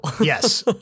Yes